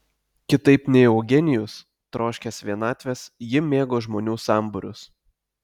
kitaip nei eugenijus troškęs vienatvės ji mėgo žmonių sambūrius